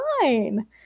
fine